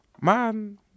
Man